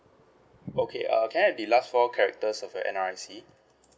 okay uh can I have the the last four characters of your N_R_I_C